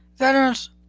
Veterans